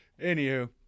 anywho